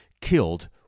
killed